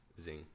Zing